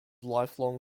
lifelong